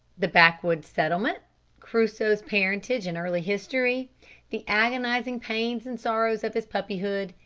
the backwoods settlement crusoe's parentage and early history the agonising pains and sorrows of his puppyhood,